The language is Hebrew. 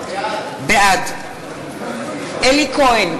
בעד אלי כהן,